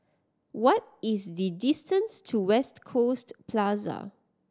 what is the distance to West Coast Plaza